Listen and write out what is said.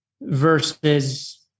versus